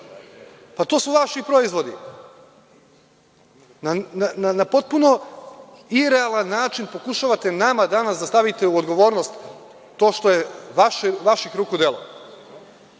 pa to su vaši proizvodi. Na potpuno irealan način pokušavate nama danas da stavite u odgovornost to što je vaših ruku delo.